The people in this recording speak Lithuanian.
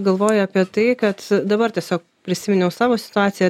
galvoju apie tai kad dabar tiesiog prisiminiau savo situaciją